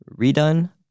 redone